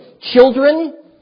children